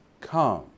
come